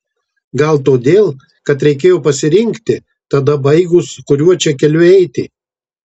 gal todėl kad reikėjo pasirinkti tada baigus kuriuo čia keliu eiti